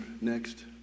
Next